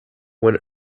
when